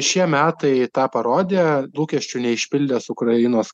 šie metai tą parodė lūkesčių neišpildęs ukrainos